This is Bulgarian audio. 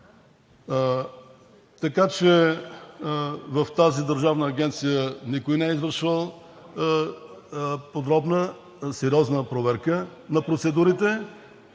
Така че в тази държавна агенция никой не е извършвал подробна, сериозна проверка на процедурите